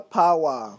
power